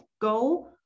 go